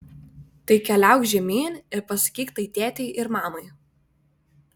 tai keliauk žemyn ir pasakyk tai tėtei ir mamai